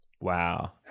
Wow